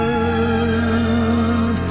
love